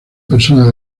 persona